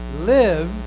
Live